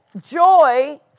joy